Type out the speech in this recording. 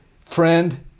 friend